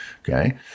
Okay